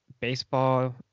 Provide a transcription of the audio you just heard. Baseball